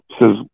says